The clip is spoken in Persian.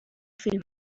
فیلم